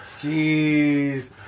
Jeez